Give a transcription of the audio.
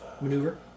Maneuver